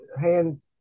hand